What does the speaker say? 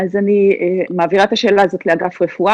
אם תעברו שקף,